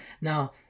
Now